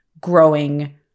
growing